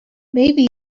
maybe